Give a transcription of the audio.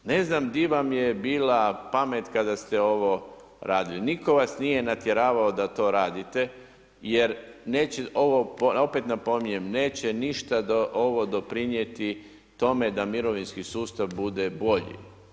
Ne znam di vam je bila pamet kada ste ovo radili, niko vas nije natjeravao da to radite jer neće ovo, opet napominjem neće ništa doprinijeti tome da mirovinski sustav bude bolji.